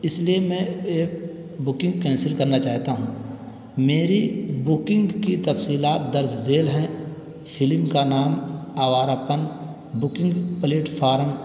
اس لیے میں ایک بکنگ کینسل کرنا چاہتا ہوں میری بکنگ کی تفصیلات درج ذیل ہیں فلم کا نام آوارہ پن بکنگ پلیٹفارم